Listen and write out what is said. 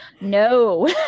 no